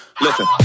Listen